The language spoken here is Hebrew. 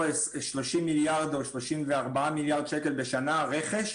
30 מיליארד או 34 מיליארד שקל בשנה רכש.